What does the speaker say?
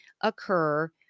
occur